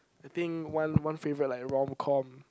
I think one one favourite like romcom